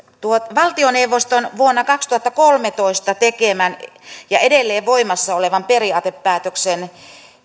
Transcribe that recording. valtioneuvoston vuonna kaksituhattakolmetoista tekemän ja edelleen voimassa olevan periaatepäätöksen